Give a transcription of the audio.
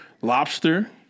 Lobster